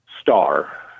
star